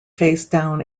facedown